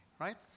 right